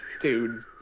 dude